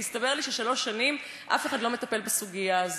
והסתבר לי ששלוש שנים אף אחד לא מטפל בסוגיה הזאת.